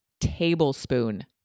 tablespoon